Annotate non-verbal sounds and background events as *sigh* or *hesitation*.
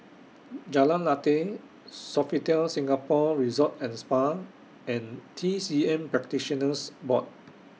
*hesitation* Jalan Lateh Sofitel Singapore Resort and Spa and T C M Practitioners Board